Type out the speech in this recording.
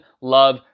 love